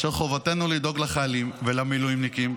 חובתנו לדאוג לחיילים ולמילואימניקים,